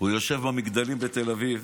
עד היום הוא יושב במגדלים בתל אביב,